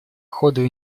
ходу